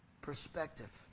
perspective